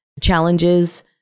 challenges